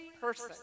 person